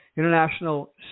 International